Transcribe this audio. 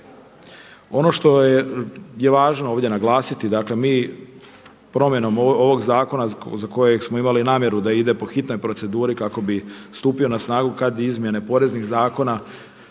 Ono što je važno ovdje naglasiti dakle mi promjenom ovog zakona za kojeg smo imali namjeru da ide po hitnoj proceduri kako bi stupio na snagu kad i izmjene poreznih zakona